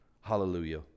Hallelujah